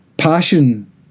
passion